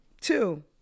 Two